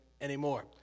anymore